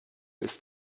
ist